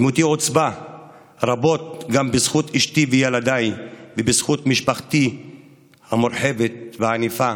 דמותי עוצבה רבות גם בזכות אשתי וילדיי ובזכות משפחתי המורחבת והענפה,